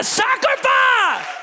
sacrifice